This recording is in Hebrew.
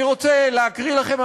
אני רוצה להקריא לכם,